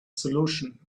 solution